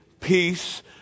peace